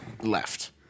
left